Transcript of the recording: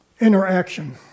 interaction